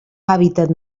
hàbitat